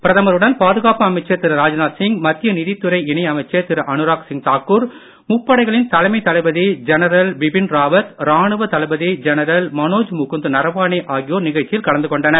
பிரதமருடன் பாதுகாப்பு அமைச்சர் திரு ராஜ்நாத் சிங் மத்திய நிதித்துறை இணை அமைச்சர் திரு அனுராக் சிங் தாக்கூர் முப்படைகளின் தலைமை தளபதி ஜெனரல் பிபின் ராவத் ராணுவ தளபதி ஜெனரல் மனோஜ் முகுந்த் நரவானே ஆகியோர் நிகழ்ச்சியில் கலந்து கொண்டனர்